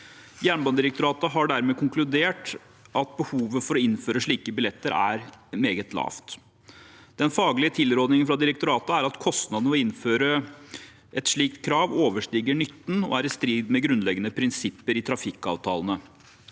Jernbanedirektoratet har dermed konkludert med at behovet for å innføre slike billetter er meget lavt. Den faglige tilrådningen fra direktoratet er at kostnadene ved å innføre et slikt krav overstiger nytten og er i strid med grunnleggende prinsipper i trafikkavtalene.